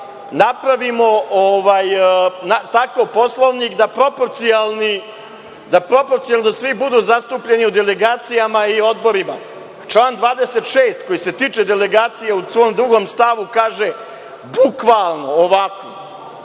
napravimo tako Poslovnik da proporcionalno svi budu zastupljeni u delegacijama i odborima. Član 26. koji se tiče delegacija u svom drugom stavu kaže bukvalno ovako